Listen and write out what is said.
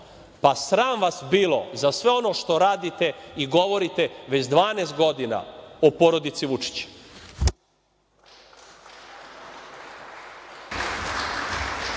Pa, sram vas bilo za sve ono što radite i govorite već 12 godina o porodici Vučić.